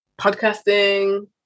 Podcasting